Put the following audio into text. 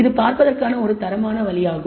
இது பார்ப்பதற்கான ஒரு தரமான வழியாகும்